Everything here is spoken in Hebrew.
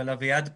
אבל אביעד פה,